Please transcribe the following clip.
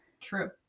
True